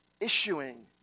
issuing